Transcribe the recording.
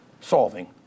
solving